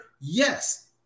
Yes